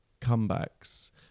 comebacks